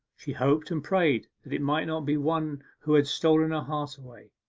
she hoped and prayed that it might not be one who had stolen her heart away,